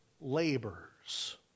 labors